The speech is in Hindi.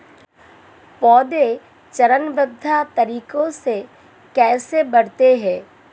पौधे चरणबद्ध तरीके से कैसे बढ़ते हैं?